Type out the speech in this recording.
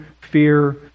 fear